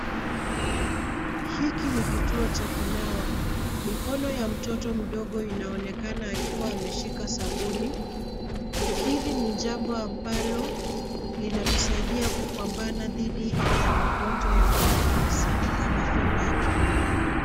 Hiki ni kituo cha kunawa. Mikono ya mtoto mdogo inaonekana akiwa ameshika sabuni. Hili ni jambo ambalo linatusaidia kupambana dhidi ya magonjwa ya kuambukizana kama vile korona.